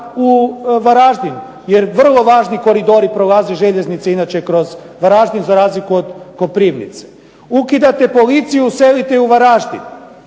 u Varaždin, jer vrlo važni koridori prolazi željeznice inače kroz Varaždin za razliku od Koprivnice. Ukidate policiju selite je u Varaždin.